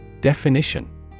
Definition